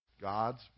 God's